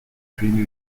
fini